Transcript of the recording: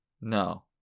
No